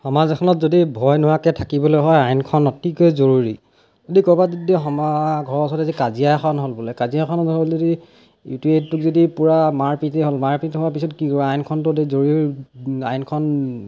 সমাজ এখনত যদি ভয় নোহোৱাকৈ থাকিবলৈ হয় আইনখন অতিকৈ জৰুৰী যদি ক'ৰবাত যদি সমা ঘৰৰ ওচৰতে যদি কাজিয়া এখন হ'ল বোলে কাজিয়া এখন হ'ল যদি ইটোৱে সিটোক যদি পুৰা মাৰপিটে হ'ল মাৰপিট হোৱা পিছত কি হ'ব আইনখন যদি জৰুৰী আইনখন